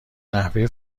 نحوه